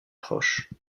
proche